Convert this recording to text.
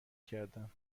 کردم